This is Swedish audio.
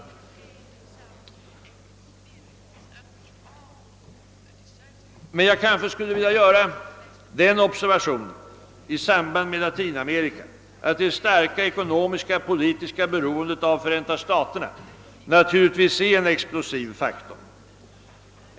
I samband med frågan om Latinamerika vill jag emellertid göra den observationen att det starka ekonomisk-politiska beroendet av Förenta staterna naturligtvis är en explosiv faktor.